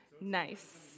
nice